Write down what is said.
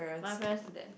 my parents do that